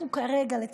אנחנו כרגע, לצערי,